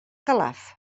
calaf